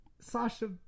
Sasha